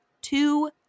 two